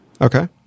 Okay